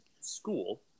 school